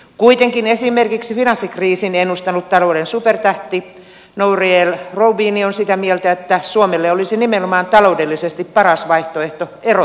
kuitenkin esimerkiksi finanssikriisin ennustanut talouden supertähti nouriel roubini on sitä mieltä että suomelle olisi nimenomaan taloudellisesti paras vaihtoehto erota eurosta